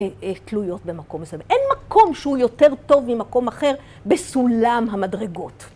תלויות במקום מסוים. אין מקום שהוא יותר טוב ממקום אחר בסולם המדרגות.